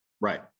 right